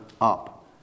up